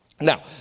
Now